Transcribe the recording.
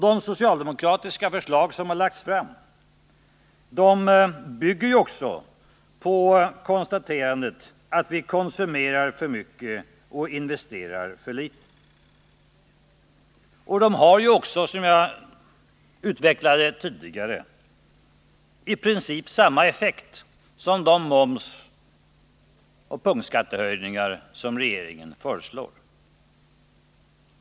De socialdemokratiska förslag som har lagts fram bygger också på konstaterandet att vi konsumerar för mycket och investerar för litet. Förslagen har också, vilket jag utvecklade tidigare, i princip samma effekt som de momsoch punktskattehöjningar som regeringen föreslår.